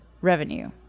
revenue